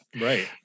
right